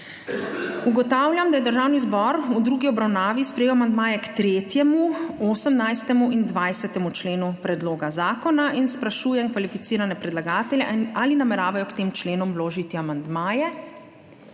Ugotavljam, da je Državni zbor v drugi obravnavi sprejel amandmaje k 3., 18. in 20. členu predloga zakona, in sprašujem kvalificirane predlagatelje ali nameravajo k tem členom vložiti amandmaje.